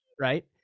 right